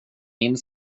min